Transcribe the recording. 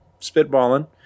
spitballing